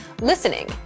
listening